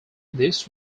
this